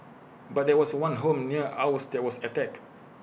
but there was one home near ours that was attacked